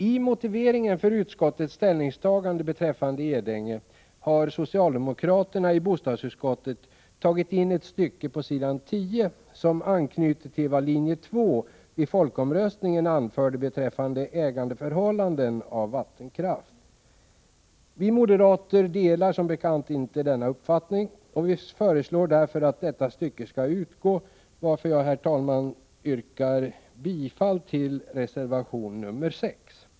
I motiveringen för utskottets ställningstagande beträffande Edänge har socialdemokraterna i bostadsutskottet tagit in ett stycke på s. 10 som anknyter till vad linje 2 vid folkomröstningen anförde beträffande ägandeförhållanden av vattenkraft. Vi moderater delar som bekant inte denna uppfattning, och vi föreslår därför att detta stycke skall utgå. Jag yrkar, herr talman, därför bifall till reservation nr 6.